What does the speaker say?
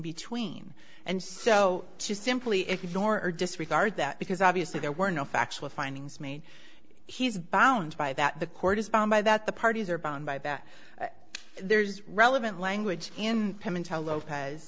between and so to simply ignore or disregard that because obviously there were no factual findings made he's bound by that the court is bound by that the parties are bound by that there's relevant language in pimento lopez